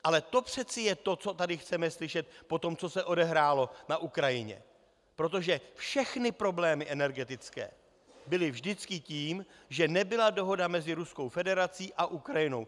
Ale to přece je to, co tady chceme slyšet po tom, co se odehrálo na Ukrajině, protože všechny problémy energetické byly vždycky tím, že nebyla dohoda mezi Ruskou federací a Ukrajinou.